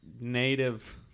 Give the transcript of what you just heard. native